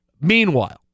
Meanwhile